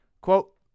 Quote